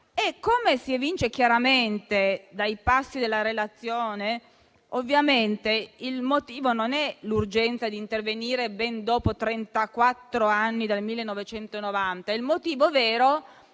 Come si evince chiaramente dai passi della relazione, ovviamente il motivo non è l'urgenza di intervenire, dopo ben trentaquattro anni dal 1990. Il motivo vero